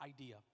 idea